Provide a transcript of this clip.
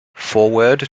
foreword